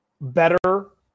better